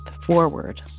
forward